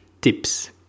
tips